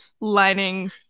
Lining